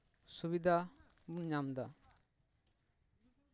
ᱥᱩᱵᱤᱫᱷᱟ ᱵᱚᱱ ᱧᱟᱢᱫᱟ